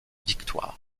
victoire